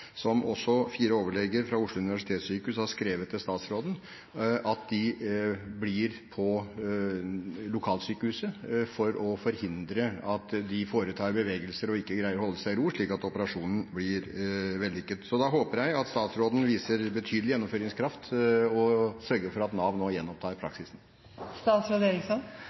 å forhindre at de foretar bevegelser og ikke greier å holde seg i ro, slik at operasjonen blir vellykket. Jeg håper at statsråden viser betydelig gjennomføringskraft og sørger for at Nav nå gjenopptar